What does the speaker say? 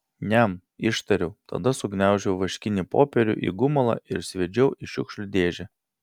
niam ištariau tada sugniaužiau vaškinį popierių į gumulą ir sviedžiau į šiukšlių dėžę